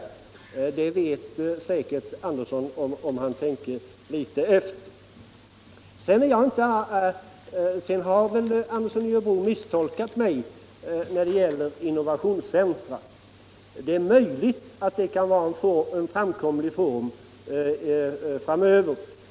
Men det vet herr Andersson säkert, om han tänker efter litet. Herr Andersson i Örebro misstolkar mig när det gäller innovationscentra. Det är möjligt att det kan vara en användbar form framöver.